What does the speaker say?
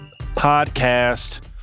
podcast